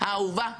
האהובה שלי,